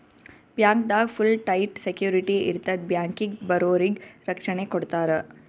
ಬ್ಯಾಂಕ್ದಾಗ್ full tight security ಇರ್ತದ್ ಬ್ಯಾಂಕಿಗ್ ಬರೋರಿಗ್ ರಕ್ಷಣೆ ಕೊಡ್ತಾರ